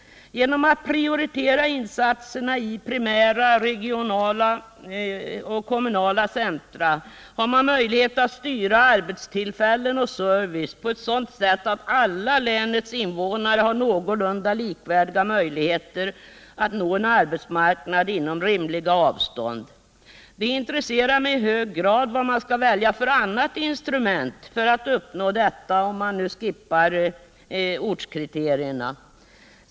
Genom att prioritera insatserna i primära , regionala och kommunala centra, har man möjlighet att styra arbetstillfällen och service på ett sådant sätt att alla länets invånare har någorlunda likvärdiga möjligheter att nå en arbetsmarknad inom rimligt avstånd. Det intresserar mig i hög grad att få veta vilket annat instrument man tänker välja för att uppnå detta, om man nu tar bort ortskriterierna.